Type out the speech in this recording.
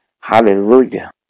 Hallelujah